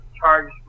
charge